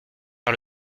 par